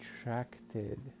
attracted